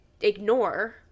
ignore